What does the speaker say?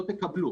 לא נקבל.